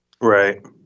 Right